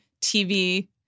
TV